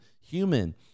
human